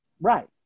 Right